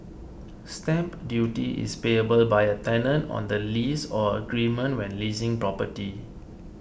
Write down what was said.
stamp duty is payable by a tenant on the lease or agreement when leasing property